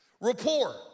rapport